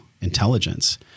intelligence